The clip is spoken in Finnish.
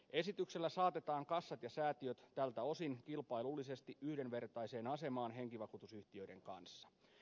esityksellä saatetaan kassat ja säätiöt tältä osin kilpailullisesti yhdenvertaiseen asemaan henkivakuutusyhtiöiden kanssa